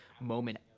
moment